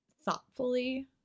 thoughtfully